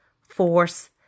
force